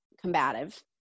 combative